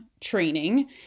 training